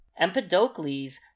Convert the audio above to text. Empedocles